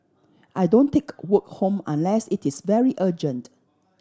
I don't take work home unless it is very urgent